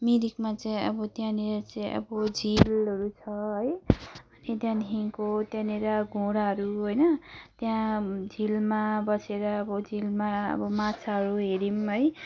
मिरिकमा चाहिँ अब त्यहाँनेर चाहिँ अब झिलहरू छ है अनि त्यहाँदेखिको त्यहाँनेर घोडाहरू होइन त्यहाँ झिलमा बसेर अब झिलमा अब माछाहरू हेर्यौँ है